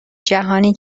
جهانی